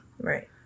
Right